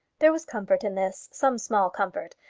there was comfort in this, some small comfort,